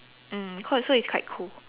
mm cause so it's quite cool